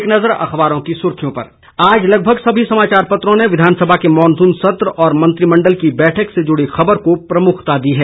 एक नज़र अखबारों की सुर्खियों पर आज लगभग समी समाचार पत्रों ने विधानसभा के मानसून सत्र और मंत्रिमंडल की बैठक से जुड़ी खबर को प्रमुखता दी है